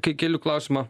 kai keliu klausimą